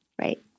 Right